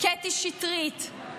קטי שטרית.